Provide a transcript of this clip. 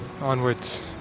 onwards